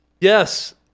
Yes